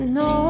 no